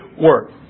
work